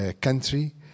country